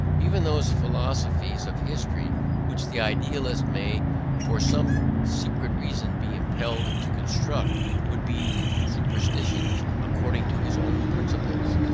even those philosophies of history which the idealist may for some secret reason be impelled to construct would be superstitious, according to his own principles,